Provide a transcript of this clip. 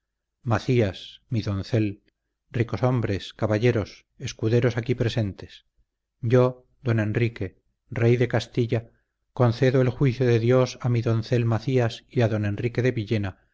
macías mí doncel ricoshombres caballeros escuderos aquí presentes yo don enrique rey de castilla concedo el juicio de dios a mi doncel macías y a don enrique de villena